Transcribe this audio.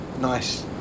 nice